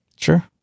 Sure